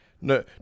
no